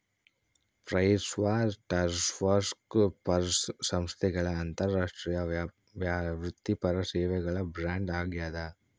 PricewaterhouseCoopers ಸಂಸ್ಥೆಗಳ ಅಂತಾರಾಷ್ಟ್ರೀಯ ವೃತ್ತಿಪರ ಸೇವೆಗಳ ಬ್ರ್ಯಾಂಡ್ ಆಗ್ಯಾದ